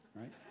right